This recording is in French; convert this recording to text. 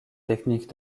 techniques